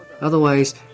Otherwise